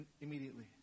immediately